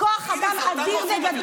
זה אותם רופאים.